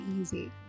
easy